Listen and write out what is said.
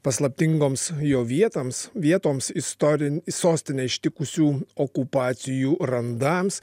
paslaptingoms jo vietoms vietoms istorin sostinė ištikusių okupacijų randams